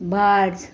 भार